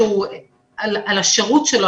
על השירות שלו,